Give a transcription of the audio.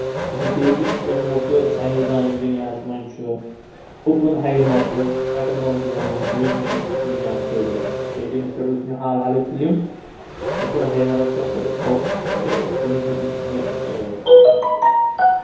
تہٕ بیٚیہِ تہِ چھِ کینٛہہ موشوٗر ساینَس دان یِم دُنیاہَس منٛز چھُ اوٚپُن ہایمَر یِم ایٹَم بَم چھِ بَنومُت ییٚمِس مُتعلِق تہِ چھِ مےٚ جانکٲری کیٛازِ تٔمِس پٮ۪ٹھ وُچھ مےٚ حال حالٕے فِلم اوٚپُن ہایمَرَس پٮ۪ٹھ تہٕ سو تٔمِس مُتعلِق تہِ چھِ مےٚ